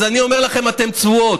אז אני אומר לכם: אתן צבועות.